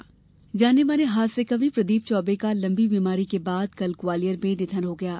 कवि निधन जाने माने हास्य कवि प्रदीप चौबे का लम्बी बीमारी के बाद कल ग्वालियर में निधन हो गया है